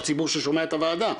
יש ציבור ששומע את הוועדה,